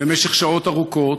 במשך שעות ארוכות,